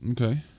Okay